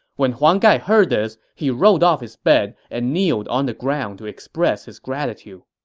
when huang gai heard this, he rolled off his bed and kneeled on the ground to express his gratitude.